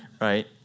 right